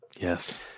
yes